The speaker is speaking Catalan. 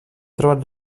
trobat